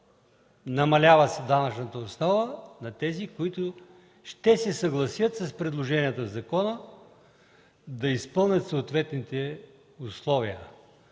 намалява се данъчната основа на тези, които се съгласят с предложенията в закона – да изпълнят съответните условия.